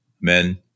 men